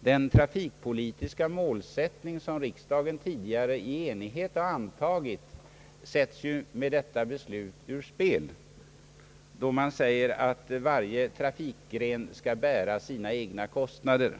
Den trafikpolitiska målsättning som riksdagen tidigare i enighet har antagit sätts ju med detta beslut ur spel, då det sägs att varje trafikgren skall bära sina egna kostnader.